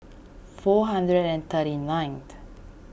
four hundred and thirty nineth